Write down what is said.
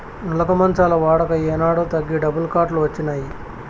నులక మంచాల వాడక ఏనాడో తగ్గి డబుల్ కాట్ లు వచ్చినాయి